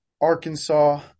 Arkansas